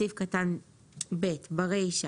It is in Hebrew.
בסעיף קטן (ב) ברישה,